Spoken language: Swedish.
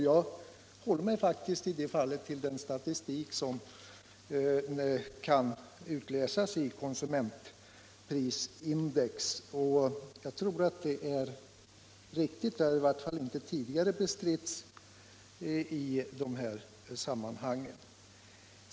Jag håller mig faktiskt i det fallet till de statistiska uppgifterna om konsumentprisindex. Jag tror att de är riktiga — de har i varje fall inte tidigare bestritts i dessa sammanhang.